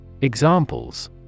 Examples